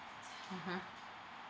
mmhmm